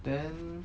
then